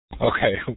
Okay